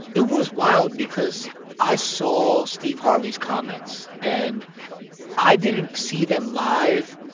it was wild because i saw steve harvey's comments. and i didn't see them live.